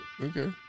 Okay